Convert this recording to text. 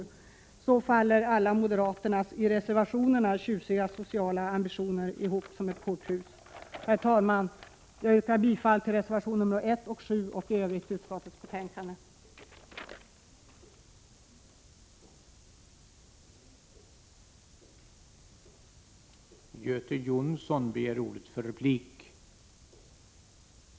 På det sättet faller alla tjusiga sociala ambitioner som moderaterna har haft i reservationerna ihop som ett korthus. Herr talman! Jag yrkar bifall till reservationerna nr 1 och 7 samt i övrigt bifall till utskottets hemställan.